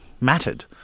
mattered